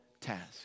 task